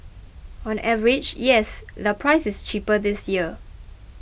on average yes the price is cheaper this year